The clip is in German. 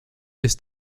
ist